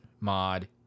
mod